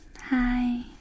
Hi